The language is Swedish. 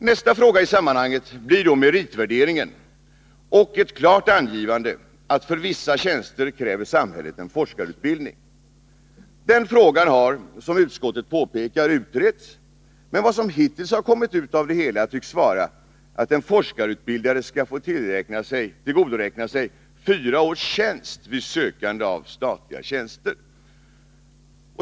Nästa fråga i sammanhanget blir då meritvärderingen och ett klart angivande att för vissa tjänster kräver samhället en forskarutbildning. Den frågan har — som utskottet påpekar — utretts, men vad som hittills kommit ut av det hela tycks vara att den forskarutbildade skall få tillgodoräkna sig fyra års tjänst vid sökande av statliga tjänster.